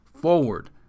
forward